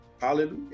Hallelujah